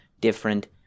different